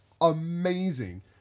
amazing